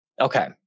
Okay